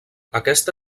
aquesta